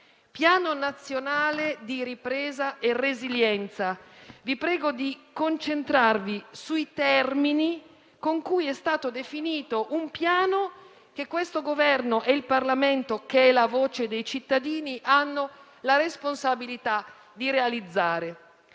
Piano nazionale di ripresa e resilienza: vi prego di concentrarvi sui termini con cui è stato definito un piano che questo Governo e il Parlamento, che è la voce dei cittadini, hanno la responsabilità di realizzare.